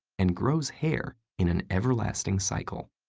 and grows hair in an everlasting cycle.